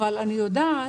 אבל אני יודעת